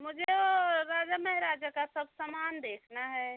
मुझे वह राजा महराजा का सब समान देखना है